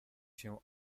się